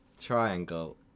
Triangle